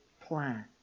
plan